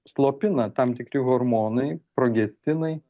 slopina tam tikri hormonai progestinai